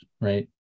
right